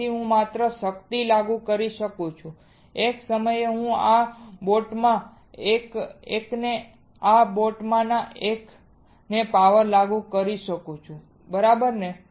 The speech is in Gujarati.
તેથી હું માત્ર શક્તિ લાગુ કરી શકું છું હું એક સમયે આ બોટ માંના એકને આ બોટ માંના એકને પાવર લાગુ કરી શકું છું બરાબર ને